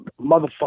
motherfucker